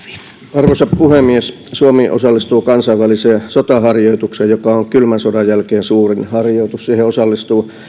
arvoisa puhemies suomi osallistuu kansainväliseen sotaharjoitukseen joka on kylmän sodan jälkeen suurin harjoitus siihen osallistuu